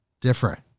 Different